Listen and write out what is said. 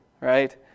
right